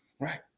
Right